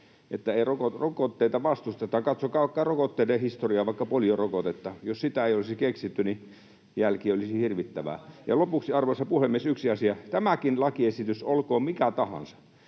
että rokotteita vastustetaan. Katsokaa vaikka rokotteiden historiaa, vaikka poliorokotetta: jos sitä ei olisi keksitty, niin jälki olisi hirvittävää. Lopuksi, arvoisa puhemies, yksi asia: Tämäkin lakiesitys, olkoon mikä tahansa